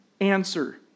Answer